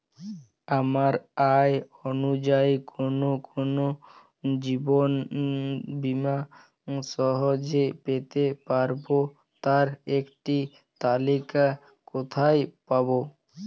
আমার আয় অনুযায়ী কোন কোন জীবন বীমা সহজে পেতে পারব তার একটি তালিকা কোথায় পাবো?